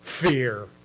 fear